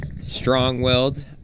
Strong-willed